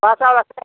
বৰা চাউল আছে